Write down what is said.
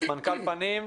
מנכ"ל פנים,